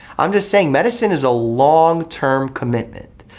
i'm just saying medicine is a long term commitment.